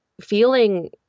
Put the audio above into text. feeling